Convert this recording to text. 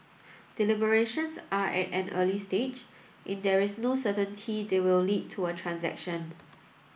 deliberations are at an early stage and there is no certainty they will lead to a transaction